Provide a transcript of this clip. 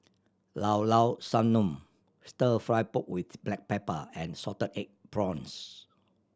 Llao Llao Sanum Stir Fry pork with black pepper and salted egg prawns